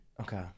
Okay